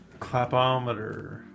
clapometer